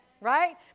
Right